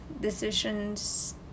decisions